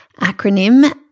acronym